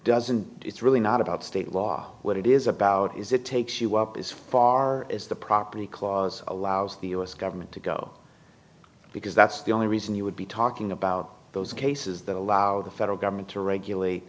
doesn't it's really not about state law what it is about is it takes you up as far as the property clause allows the us government to go because that's the only reason you would be talking about those cases that allow the federal government to regulate